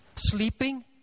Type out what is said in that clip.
sleeping